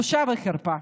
בושה וחרפה.